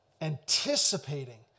anticipating